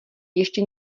ještě